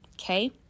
okay